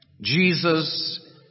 Jesus